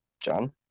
John